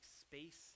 space